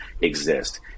exist